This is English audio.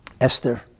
Esther